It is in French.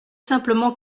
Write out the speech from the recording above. simplement